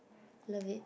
love it